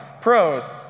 Pros